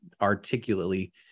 articulately